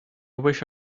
wish